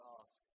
ask